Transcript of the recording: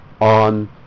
on